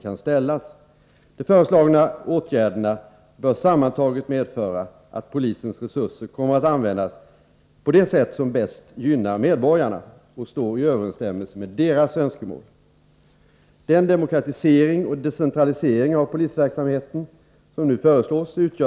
sådan vtvasklipg, måste, kraftfullt Polisutedingar har genomfört: och som nu Geer (Äasi för, dagens proposition.